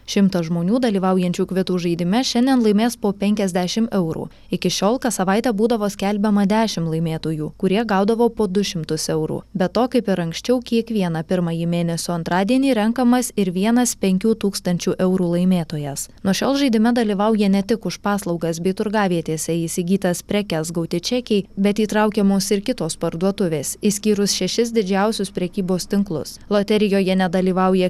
šimtas žmonių dalyvaujančių kvitų žaidime šiandien laimės po penkiasdešim eurų iki šiol kas savaitę būdavo skelbiama dešim laimėtojų kurie gaudavo po du šimtus eurų be to kaip ir anksčiau kiekvieną pirmąjį mėnesio antradienį renkamas ir vienas penkių tūkstančių eurų laimėtojas nuo šiol žaidime dalyvauja ne tik už paslaugas bei turgavietėse įsigytas prekes gauti čekiai bet įtraukiamos ir kitos parduotuvės išskyrus šešis didžiausius prekybos tinklus loterijoje nedalyvauja